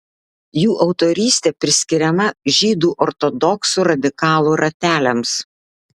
jų autorystė priskiriama žydų ortodoksų radikalų rateliams